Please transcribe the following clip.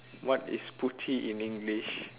what is பூச்சி:puuchsi in English